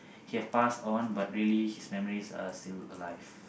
he have passed on but really his memories are still alive